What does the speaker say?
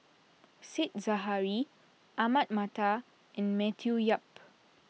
Said Zahari Ahmad Mattar and Matthew Yap